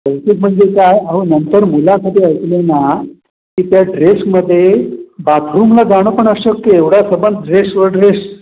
कौतुक म्हणजे काय अहो नंतर मुलाखती ऐकल्या ना की त्या ड्रेसमध्ये बाथरूमला जाणं पण अशक्य आहे एवढा सबंध ड्रेसवर ड्रेस